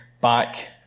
back